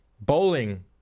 Bowling